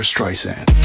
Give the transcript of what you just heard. Streisand